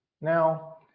Now